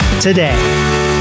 today